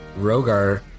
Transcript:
Rogar